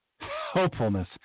Hopefulness